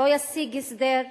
לא ישיג הסדר,